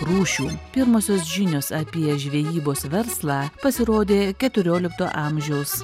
rūšių pirmosios žinios apie žvejybos verslą pasirodė keturiolikto amžiaus